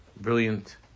brilliant